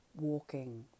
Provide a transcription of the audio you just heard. walking